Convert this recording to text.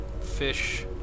fish